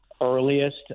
earliest